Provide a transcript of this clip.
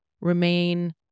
remain